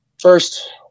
first